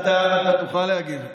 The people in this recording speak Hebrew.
אתה תוכל להגיב.